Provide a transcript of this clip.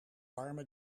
warme